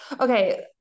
Okay